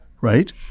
Right